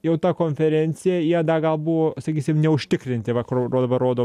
jau ta konferencija jie dar gal buvo sakysim neužtikrinti va kur dabar rodo